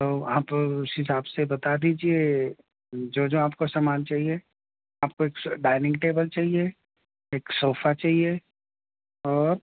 تو آپ اس حساب سے بتا دیجیے جو جو آپ کا سامان چاہیے آپ کو ایک ڈائنگ ٹیبل چاہیے ایک صوفہ چاہیے اور